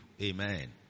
Amen